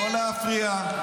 לא להפריע.